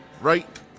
Right